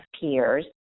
peers